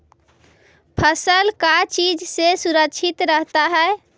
फसल का चीज से सुरक्षित रहता है?